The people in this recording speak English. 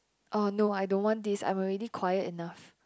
eh no I don't want this I'm already quiet enough